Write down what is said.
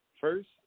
First